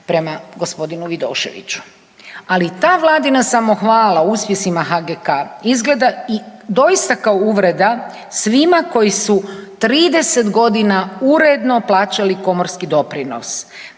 prema g. Vidoševiću. Ali ta vladina samohvala o uspjesima HGK izgleda doista kao uvreda svima koji su 30 godina uredno plaćali komorski doprinos